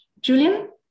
Julian